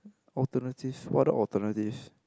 alternative what the alternatives